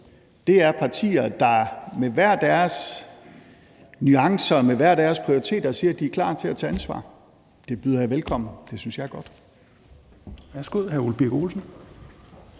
hørt, er partier, der med hver deres nuancer, med hver deres prioriteringer siger, at de er klar til at tage ansvar. Det byder jeg velkommen. Det synes jeg er godt.